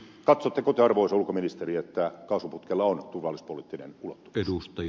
katsotteko te arvoisa ulkoministeri että kaasuputkella on turvallisuuspoliittinen ulottuvuus